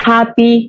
Happy